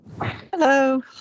Hello